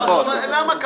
למה?